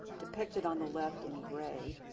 depicted on the left in gray,